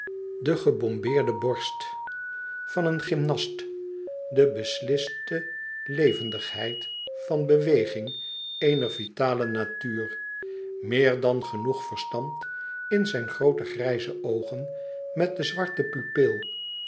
de gebombeerde borst van een gymnast de besliste levendigheid van beweging eener vitale natuur meer dan genoeg verstand in zijn groote grijze oogen met de zwarte pupil